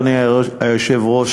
אדוני היושב-ראש,